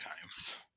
times